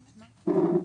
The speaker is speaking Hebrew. בהגדרתו.